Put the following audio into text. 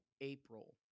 April